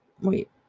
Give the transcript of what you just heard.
Wait